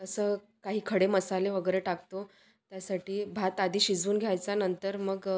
असं काही खडे मसाले वगैरे टाकतो त्यासाठी भात आधी शिजवून घ्यायचा नंतर मग